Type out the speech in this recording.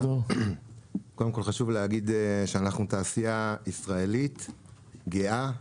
קודם כל חשוב להגיד, שאנחנו תעשייה ישראלית, גאה,